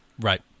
Right